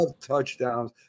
touchdowns